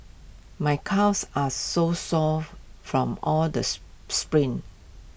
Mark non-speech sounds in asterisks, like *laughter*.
my calves are so sore *unintelligible* from all the *unintelligible* sprints